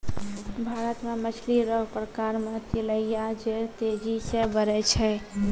भारत मे मछली रो प्रकार मे तिलैया जे तेजी से बड़ै छै